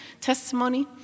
testimony